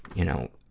you know,